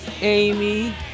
Amy